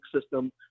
system